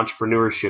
entrepreneurship